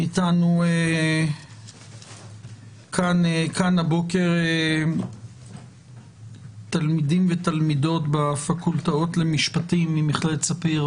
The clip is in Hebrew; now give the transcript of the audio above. נמצאים כאן הבוקר תלמידים ותלמידות בפקולטות למשפטים ממכללת ספיר,